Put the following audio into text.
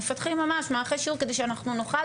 מפתחים ממש מערכי שיעור כדי שאנחנו נוכל